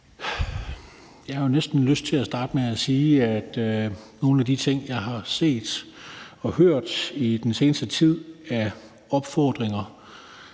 Jeg har jo næsten lyst til at starte med at sige, at nogle af de ting, jeg har set og hørt i den seneste tid af deciderede opfordringer